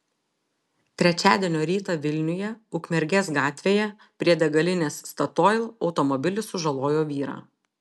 trečiadienio rytą vilniuje ukmergės gatvėje prie degalinės statoil automobilis sužalojo vyrą